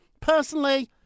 Personally